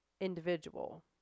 individual